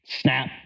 snap